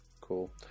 Cool